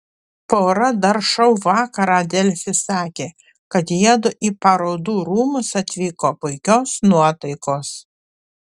pora dar šou vakarą delfi sakė kad jiedu į parodų rūmus atvyko puikios nuotaikos